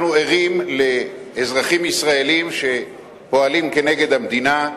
אנחנו ערים לאזרחים ישראלים שפועלים כנגד המדינה,